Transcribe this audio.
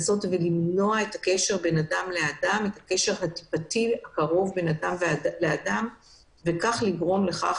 למנוע את הקשר הטיפתי בין אדם לאדם ובכך לגרום לכך